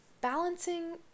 balancing